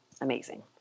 amazing